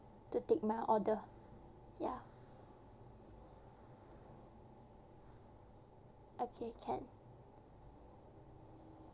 to take my order ya okay can